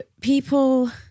people